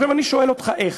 עכשיו, אני שואל אותך איך.